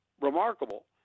remarkable